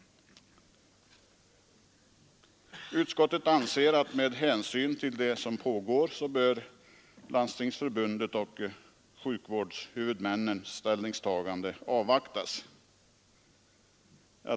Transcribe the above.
Utskottet anser att med hänsyn till vad som pågår bör Landstingsförbundets och sjukvårdshuvudmännens ställningstagande avvaktas.